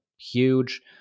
huge